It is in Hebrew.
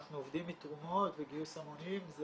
אנחנו עובדים מתרומות וגיוס המונים,